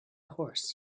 horse